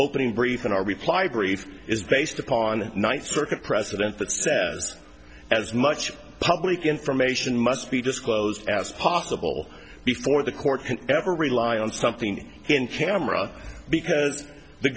opening brief in our reply brief is based upon ninth circuit precedent that says as much public information must be disclosed as possible before the court can ever rely on something in camera because the